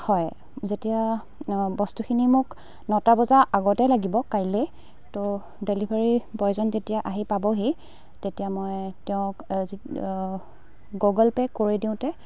হয় যেতিয়া বস্তুখিনি মোক নটা বজাৰ আগতেই লাগিব কাইলৈ ত' ডেলিভাৰী বয়জন যেতিয়া আহি পাবহি তেতিয়া মই তেওঁক গুগল পে' কৰি দিওঁতে